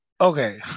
Okay